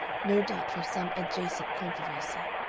no doubt from some adjacent controversy.